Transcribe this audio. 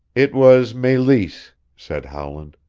it was meleese, said howland.